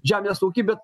žemės ūkį bet